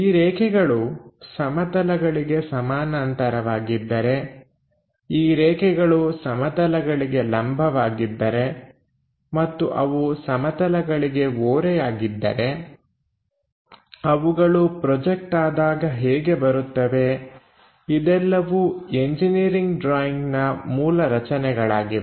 ಈ ರೇಖೆಗಳು ಸಮತಲಗಳಿಗೆ ಸಮಾನಾಂತರವಾಗಿದ್ದರೆ ಈ ರೇಖೆಗಳು ಸಮತಲಗಳಿಗೆ ಲಂಬವಾಗಿದ್ದರೆ ಮತ್ತು ಅವು ಸಮತಲಗಳಿಗೆ ಓರೆಯಾಗಿದ್ದರೆ ಅವುಗಳು ಪ್ರೊಜೆಕ್ಟ್ ಆದಾಗ ಹೇಗೆ ಬರುತ್ತವೆ ಇದೆಲ್ಲವೂ ಎಂಜಿನಿಯರಿಂಗ್ ಡ್ರಾಯಿಂಗ್ನ ಮೂಲ ರಚನೆಗಳಾಗಿವೆ